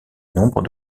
nombre